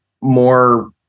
more